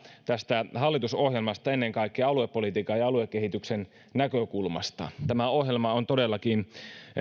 tästä hallitusohjelmasta ennen kaikkea aluepolitiikan ja aluekehityksen näkökulmasta tämä ohjelma on todellakin